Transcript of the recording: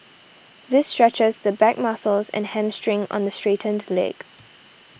this stretches the back muscles and hamstring on the straightened leg